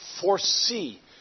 foresee